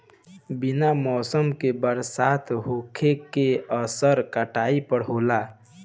बिना मौसम के बरसात होखे के असर काटई पर होला